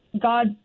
God